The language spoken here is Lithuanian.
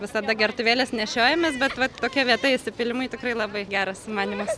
visada gertuvėles nešiojamės bet vat tokia vieta įsipylimui tikrai labai geras sumanymas